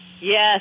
yes